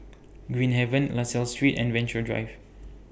Green Haven La Salle Street and Venture Drive